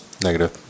negative